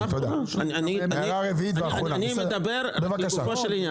אני מדבר לגופו של עניין.